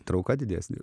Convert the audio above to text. trauka didesnė